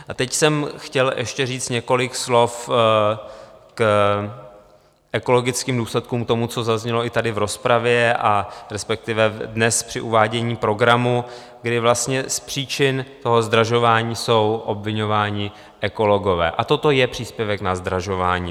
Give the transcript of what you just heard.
A teď jsem chtěl ještě říct několik slov k ekologickým důsledkům, k tomu, co zaznělo i tady v rozpravě a respektive dnes při uvádění programu, kdy vlastně z příčin zdražování jsou obviňováni ekologové, a toto je příspěvek na zdražování.